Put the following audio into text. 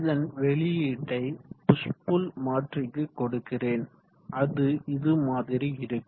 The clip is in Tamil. இதன் வெளியீட்டை புஷ் புல் மாற்றிக்கு கொடுக்கிறேன் அது இது மாதிரி இருக்கும்